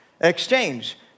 Exchange